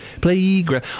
Playground